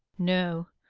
no,